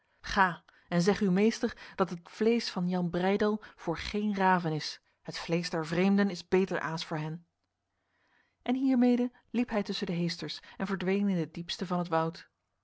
ga en zeg uw meester dat het vlees van jan breydel voor geen raven is het vlees der vreemden is beter aas voor hen en hiermede liep hij tussen de heesters en verdween in het diepste van het woud